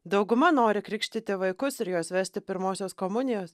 dauguma nori krikštyti vaikus ir juos vesti pirmosios komunijos